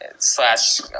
slash